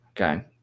okay